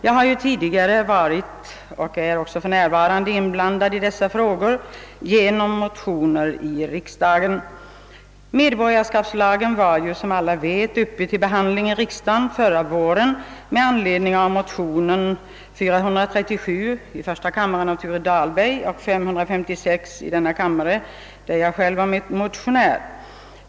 Jag har tidigare varit och är också för närvarande inblandad i dessa frågor genom motioner i riksdagen. Medborgarskapslagen var som alla vet uppe till behandling i riksdagen förra våren med anledning av motionerna 1: 437 av Thure Dahlberg och II:556, där jag var ensammotionär.